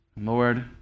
Lord